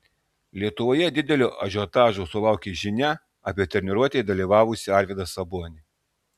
lietuvoje didelio ažiotažo sulaukė žinia apie treniruotėje dalyvavusį arvydą sabonį